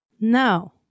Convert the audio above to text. No